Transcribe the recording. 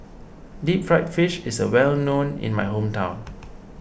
Deep Fried Fish is well known in my hometown